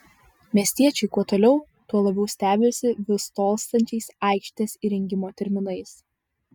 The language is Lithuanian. miestiečiai kuo toliau tuo labiau stebisi vis tolstančiais aikštės įrengimo terminais